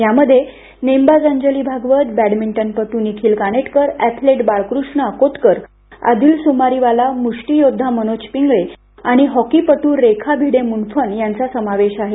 यामध्ये नेमबाज अंजली भागवत बॅडमिंटनपट् निखिल कानेटकर अँथलेट बाळकृष्ण अकोटकर आदील सुमारीवाला मुष्टीयोद्वा मनोज पिंगळे आणि हॉकीपट् रेखा भिडे मुंडफन यांचा समावेश आहे